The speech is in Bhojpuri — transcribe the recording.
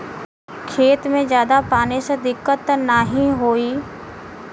खेत में ज्यादा पानी से दिक्कत त नाही होई?